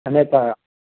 અને તો